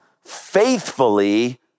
faithfully